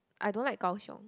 I don't like Kaohsiung